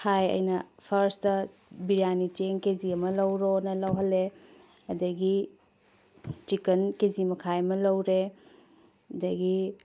ꯍꯥꯏ ꯑꯩꯅ ꯐꯥꯔ꯭ꯁꯇ ꯕꯤꯔꯌꯥꯅꯤ ꯆꯦꯡ K G ꯑꯃ ꯂꯧꯔꯣꯅ ꯂꯧꯍꯜꯂꯦ ꯑꯗꯨꯗꯒꯤ ꯆꯤꯀꯟ ꯀꯦ ꯖꯤ ꯃꯈꯥꯏ ꯑꯃ ꯂꯧꯔꯦ ꯑꯗꯨꯗꯒꯤ